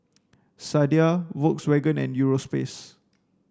Sadia Volkswagen and Europace